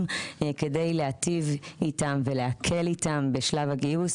כדי להיטיב איתם ולהקל איתם בשלב הגיוס.